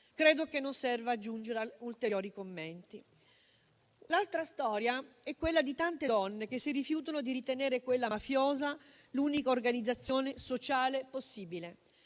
Credo che non serva aggiungere ulteriori commenti. L'altra storia è quella di tante donne che si rifiutano di ritenere quella mafiosa l'unica organizzazione sociale possibile,